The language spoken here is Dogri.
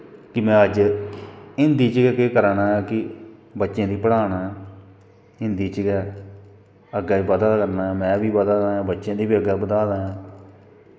कि में अज्ज हिन्दी च गै केह् करां ना कि बच्चें गी पढ़ा न हिन्दी च गै अग्गैं बधा करना ऐं में बी बधा दा ऐं बच्चें दी बी अग्गैं बधा दा ऐं